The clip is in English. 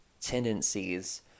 tendencies